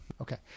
Okay